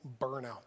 burnout